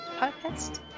podcast